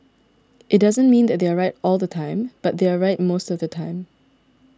it doesn't mean they are right all the time but they are right most of the time